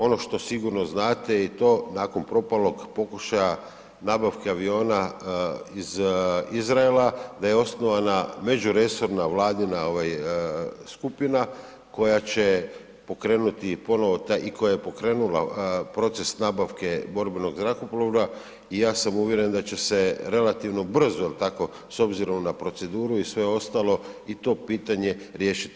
Ono što sigurno znate i to nakon propalog pokušaja nabavke aviona iz Izraela da je osnovana resorna vladina skupina koja će pokrenuti ponovno taj i koja je pokrenula proces nabavke borbenog zrakoplova i ja sam uvjeren da će se relativno brzo s obzirom na proceduru i sve ostalo i to pitanje riješiti.